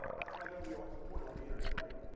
that's why nobody watches porno on the internet, right?